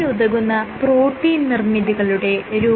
നമസ്കാരം